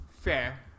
Fair